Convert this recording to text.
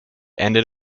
ended